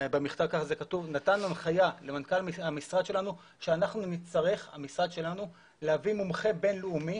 נתן הנחיה למנכ"ל המשרד שלנו שהמשרד יצטרך להביא מומחה בינלאומי